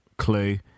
clue